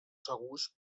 segurs